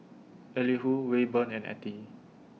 Elihu Rayburn and Ethie